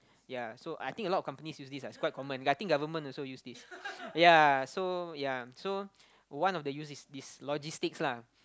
ya so I think a lot of companies use this ah it's quite common I think government also use this ya so ya so one of the use is this logistics lah